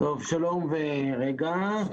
לגבי ארגוני המורים, רם,